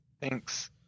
Thanks